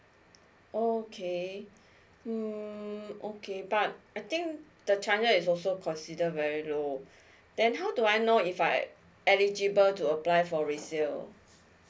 oh okay mm okay but I think the chance is also considered very low then how do I know if I am eligible to apply for resale